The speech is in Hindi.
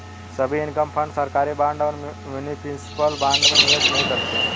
सभी इनकम फंड सरकारी बॉन्ड और म्यूनिसिपल बॉन्ड में निवेश नहीं करते हैं